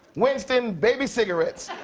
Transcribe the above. winston baby cigarettes.